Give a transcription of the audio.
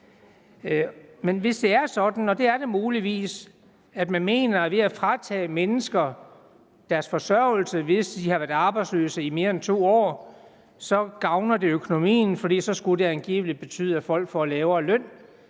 Hvis det er sådan, og det er det muligvis, at man mener, at det gavner økonomien, at man fratager mennesker deres forsørgelse, hvis de har været arbejdsløse i mere end 2 år, for så skulle det angivelig betyde, at folk får lavere løn,